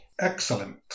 Excellent